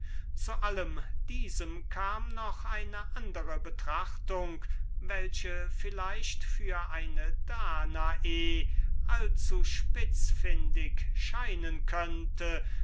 zu allem diesem kam noch eine andre betrachtung welche vielleicht bei der schönen danae allzuspitzfündig scheinen könnte